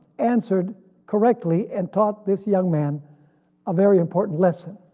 answered correctly and taught this young man a very important lesson.